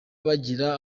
bagira